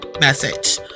message